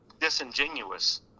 disingenuous